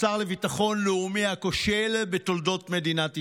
השר לביטחון לאומי הכושל בתולדות מדינת ישראל.